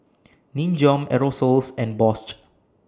Nin Jiom Aerosoles and Bosch